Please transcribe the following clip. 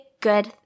good